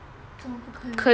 为什么不可以